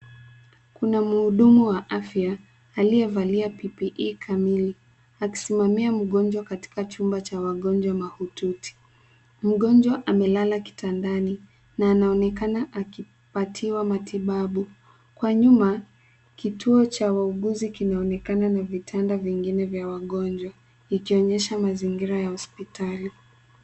Kuna mhudumu wa afya aliyevalia ppe kamili akisimamia mgonjwa katika chumba cha wagonjwa mahututi. Mgonjwa amelala kitandani na anaonekana akipatiwa matibabu . Kwa nyuma, kituo cha wauguzi kinaonekana na vitanda vingine vya wagonjwa, ikionyesha mazingira ya hospitali.